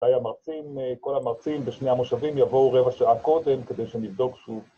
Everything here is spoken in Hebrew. תהיה מרצים, כל המרצים בשני המושבים יבואו רבע שעה קודם כדי שנבדוק שוב